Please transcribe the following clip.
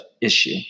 issue